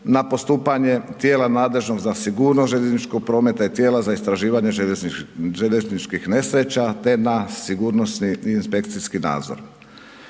na postupanje tijela nadležnog za sigurnost željezničkog prometa i tijela za istraživanje željezničkih nesreća te na sigurnosni i inspekcijski nadzor.